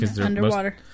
Underwater